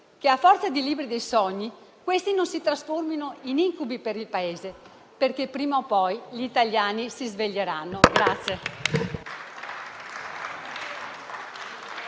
che a forza di libri dei sogni questi non si trasformino in incubi per il Paese, perché, prima o poi, gli italiani si sveglieranno.